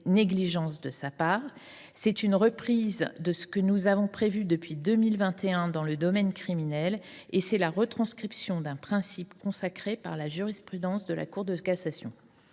c’est une reprise de ce que nous avons prévu, depuis 2021, dans le domaine criminel, et c’est la retranscription d’un principe consacré par la jurisprudence de la Cour de cassation.